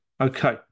Okay